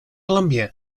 columbia